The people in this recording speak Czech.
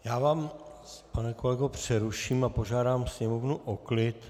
Já vás, pane kolego, přeruším a požádám sněmovnu o klid.